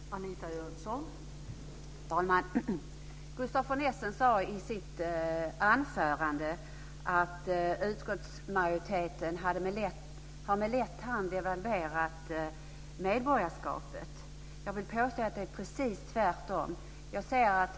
Fru talman! Gustaf von Essen sade i sitt anförande att utskottsmajoriteten med lätt hand har devalverat medborgarskapet. Jag vill påstå att det är precis tvärtom.